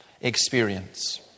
experience